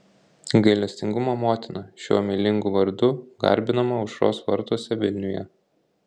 gailestingumo motina šiuo meilingu vardu garbinama aušros vartuose vilniuje